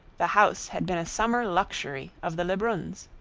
the house had been a summer luxury of the lebruns.